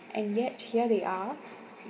and yet here they are